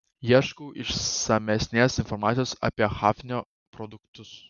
ieškau išsamesnės informacijos apie hafnio produktus